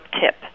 tip